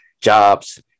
jobs